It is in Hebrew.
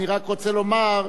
אני רק רוצה לומר,